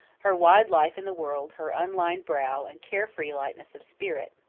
her wide life in the world, her unlined brow, and care-free lightness of spirit.